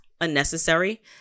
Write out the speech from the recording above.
unnecessary